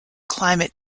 climate